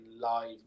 live